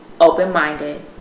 open-minded